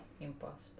Impossible